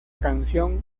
canción